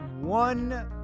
one